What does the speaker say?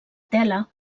tela